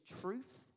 truth